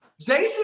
Jason